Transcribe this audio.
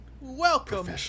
Welcome